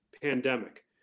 pandemic